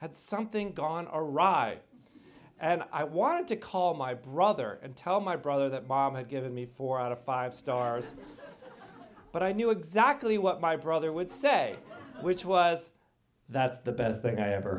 rye and i wanted to call my brother and tell my brother that mom had given me four out of five stars but i knew exactly what my brother would say which was that's the best thing i ever